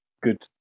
good